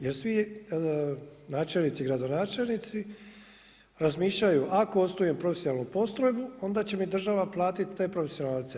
Jer svi načelnici i gradonačelnici razmišljaju ako osnujem profesionalnu postrojbu onda će mi država platiti te profesionalce.